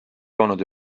loonud